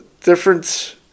Difference